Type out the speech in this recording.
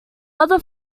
other